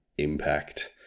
Impact